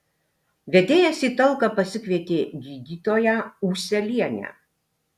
vedėjas į talką pasikvietė gydytoją ūselienę